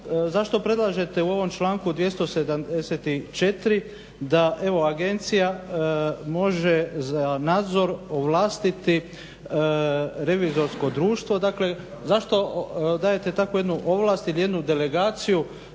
zašto predlažete u ovom članku 274. da agencija može za nadzor ovlastiti revizorsko društvo, dakle zašto dajete takvu jednu ovlast ili jednu delegaciju